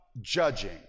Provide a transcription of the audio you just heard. judging